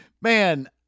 man